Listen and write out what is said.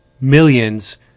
millions